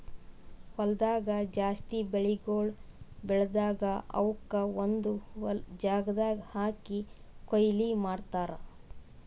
ಹೊಲ್ದಾಗ್ ಜಾಸ್ತಿ ಬೆಳಿಗೊಳ್ ಬೆಳದಾಗ್ ಅವುಕ್ ಒಂದು ಜಾಗದಾಗ್ ಹಾಕಿ ಕೊಯ್ಲಿ ಮಾಡ್ತಾರ್